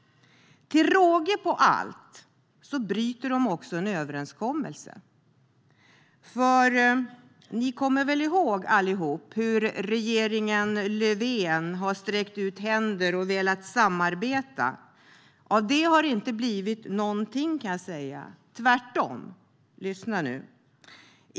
Till råga på allt bryter de en överenskommelse. Ni kommer väl ihåg, allihop, att regeringen Löfven har "sträckt ut händer" och velat samarbeta. Av det har det inte blivit någonting, kan jag säga - tvärtom. Lyssna nu!